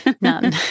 None